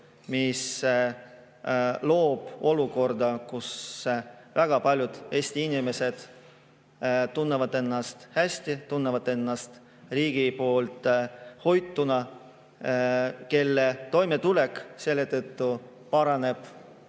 mis loob olukorra, kus väga paljud Eesti inimesed tunnevad ennast hästi, tunnevad ennast riigi hoituna. Nende toimetulek selle tõttu paraneb